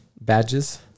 badges